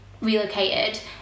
Relocated